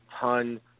ton